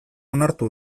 onartu